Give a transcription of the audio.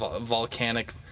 volcanic